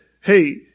hey